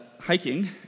hiking